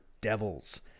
devils